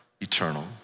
eternal